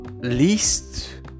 least